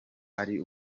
ari